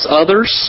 others